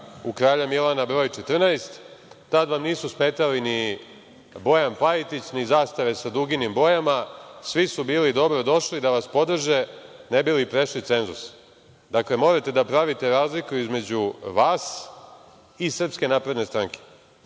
u Kralja Milana broj 14. Tad vam nisu smetali ni Bojan Pajtić, ni zastave sa duginim bojama. Svi su bili dobrodošli da vas podrže ne bi li prešli cenzus. Dakle, morate da pravite razliku između vas i SNS. Za nas